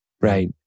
right